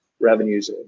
revenues